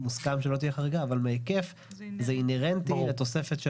מוסכם שלא תהיה חריגה אבל מההיקף זה אינהרנטי לתוספת.